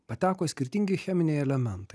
pateko skirtingi cheminiai elementai